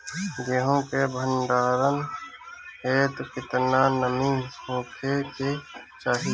गेहूं के भंडारन हेतू कितना नमी होखे के चाहि?